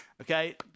okay